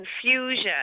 confusion